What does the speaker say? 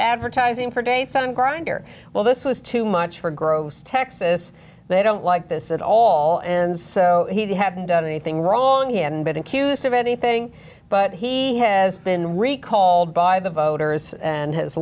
advertising for gay son grindr well this was too much for gross texas they don't like this at all and so he hadn't done anything wrong and been accused of anything but he has in recall by the voters and has